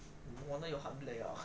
no wonder your heart black liao